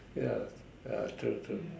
ya ya true true